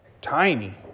tiny